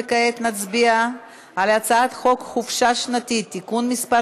וכעת נצביע על הצעת חוק חופשה שנתית (תיקון מס'